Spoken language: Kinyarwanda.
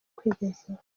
kwigezaho